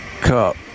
cup